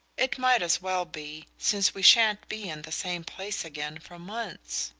it might as well be, since we shan't be in the same place again for months.